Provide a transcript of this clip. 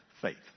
faith